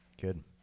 Good